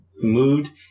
moved